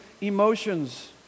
emotions